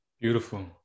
Beautiful